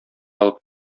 алып